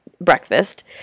breakfast